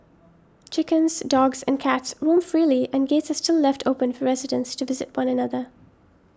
chickens dogs and cats roam freely and gates are still left open for residents to visit one another